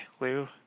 Lou